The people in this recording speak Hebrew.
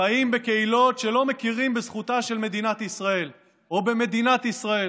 חיות בקהילות שלא מכירות בזכותה של מדינת ישראל או במדינת ישראל.